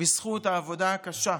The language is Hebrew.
בזכות העבודה הקשה,